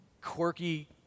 quirky